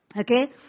Okay